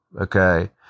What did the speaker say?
okay